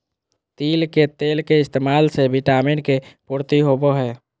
तिल के तेल के इस्तेमाल से विटामिन के पूर्ति होवो हय